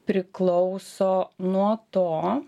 priklauso nuo to